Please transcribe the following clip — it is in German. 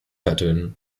ertönen